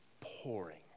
pouring